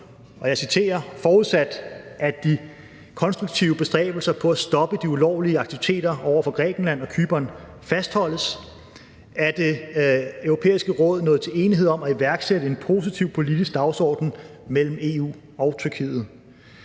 jeg citerer: »Forudsat at de konstruktive bestræbelser på at stoppe de ulovlige aktiviteter over for Grækenland og Cypern fastholdes, er Det Europæiske Råd nået til enighed om at iværksætte en positiv politisk dagsorden mellem EU og Tyrkiet«.